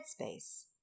headspace